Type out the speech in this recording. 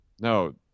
no